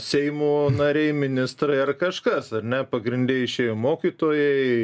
seimo nariai ministrai ar kažkas ar ne pagrinde išėjo mokytojai